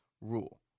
rule